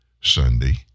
Sunday